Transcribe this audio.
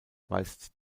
weist